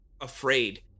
afraid